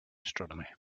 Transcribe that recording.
astronomy